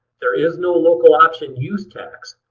there is no local option use tax.